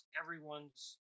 everyone's